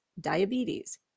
diabetes